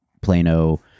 Plano